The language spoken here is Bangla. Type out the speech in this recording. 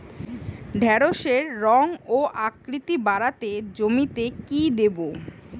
ঢেঁড়সের রং ও আকৃতিতে বাড়াতে জমিতে কি দেবো?